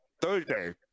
Thursday